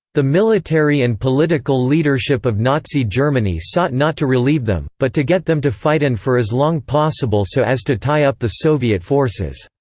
the military and political leadership of nazi germany sought not to relieve them, but to get them to fight on and for as long possible so as to tie up the soviet forces.